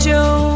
Joe